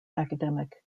academic